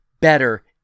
better